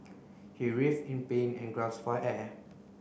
he writhed in pain and gasped for air